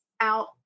out